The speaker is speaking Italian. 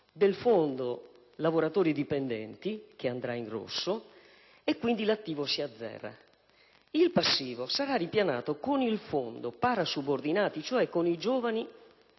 del fondo lavoratori dipendenti, che andrà in rosso, e quindi l'attivo si azzererà. Il passivo sarà ripianato con il fondo lavoratori parasubordinati, cioè quello per i giovani